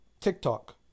TikTok